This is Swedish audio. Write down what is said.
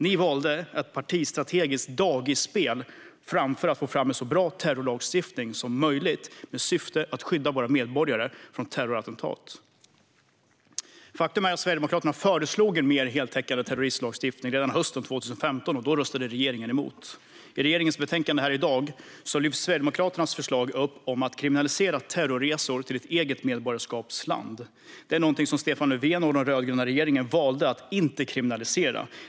Ni valde ett partistrategiskt dagisspel framför att få fram en så bra terrorismlagstiftning som möjligt i syfte att skydda våra medborgare från terrorattentat. Faktum är att Sverigedemokraterna förslog en mer heltäckande terrorismlagstiftning redan hösten 2015, och då röstade regeringspartierna emot. I betänkandet lyfts Sverigedemokraternas förslag om att kriminalisera terrorresor till ett eget medborgarskapsland fram. Det är någonting som Stefan Löfven och den rödgröna regeringen valde att inte kriminalisera.